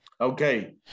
Okay